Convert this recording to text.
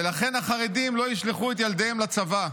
ולכן החרדים לא ישלחו את ילדיהם לצבא.